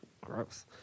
Gross